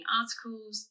articles